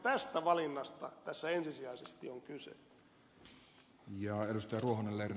tästä valinnasta tässä ensisijaisesti on kyse